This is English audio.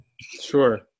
Sure